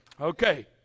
Okay